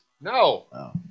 No